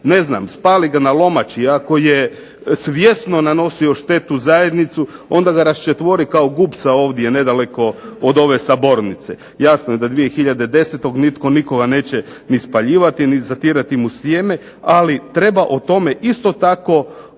sebi spali ga na lomači, ako je svjesno nanosio štetu zajednici onda ga raščetvori kao gubca ovdje nedaleko od ove sabornice. Jasno je da 2010. nitko nikoga neće ni spaljivati ni zatirati mu sjeme, ali treba o tome isto tako